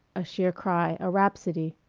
a sheer cry, a rhapsody.